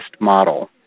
model